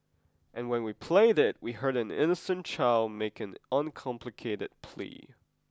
and when we played it we heard an innocent child make an uncomplicated plea